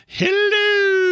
hello